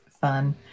fun